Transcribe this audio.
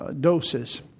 doses